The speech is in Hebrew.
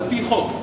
על-פי חוק.